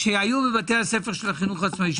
בבתי הספר של החינוך העצמאי,